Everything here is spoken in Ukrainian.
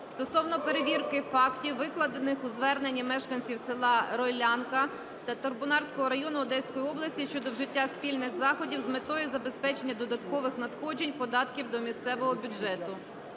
стосовно перевірки фактів, викладених у зверненні мешканців села Ройлянка Татарбунарського району Одеської області щодо вжиття спільних заходів з метою забезпечення додаткових надходжень податків до місцевого бюджету.